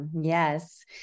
yes